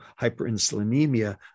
hyperinsulinemia